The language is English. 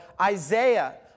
Isaiah